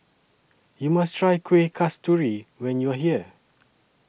YOU must Try Kueh Kasturi when you're here